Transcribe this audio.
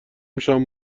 شام